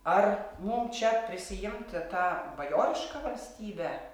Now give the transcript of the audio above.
ar mum čia prisiimt tą bajorišką valstybę